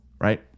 right